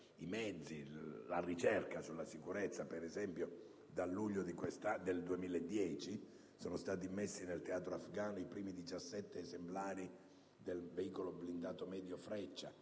la ricerca sulla sicurezza. Per esempio, dal luglio del 2010 sono stati immessi nel teatro afgano i primi 17 esemplari del veicolo blindato medio Freccia,